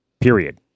period